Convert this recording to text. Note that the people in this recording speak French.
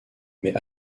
mais